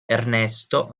ernesto